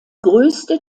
größte